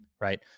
right